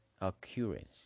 occurrence